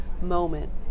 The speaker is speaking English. moment